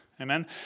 Amen